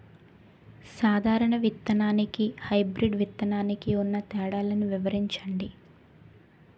సాధారణ విత్తననికి, హైబ్రిడ్ విత్తనానికి ఉన్న తేడాలను వివరించండి?